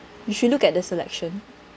you should look at the selection